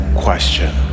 question